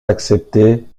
accepté